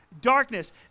darkness